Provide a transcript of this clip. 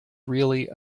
really